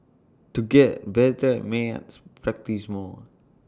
to get better at maths practise more